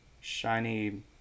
shiny